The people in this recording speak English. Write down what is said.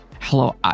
hello